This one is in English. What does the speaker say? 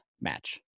match